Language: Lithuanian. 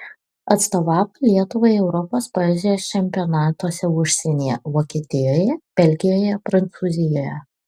atstovavo lietuvai europos poezijos čempionatuose užsienyje vokietijoje belgijoje prancūzijoje